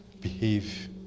behave